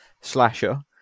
slasher